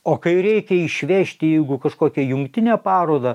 o kai reikia išvežti jeigu kažkokia jungtinė paroda